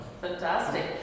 fantastic